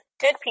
good